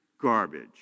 Garbage